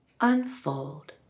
unfold